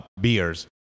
beers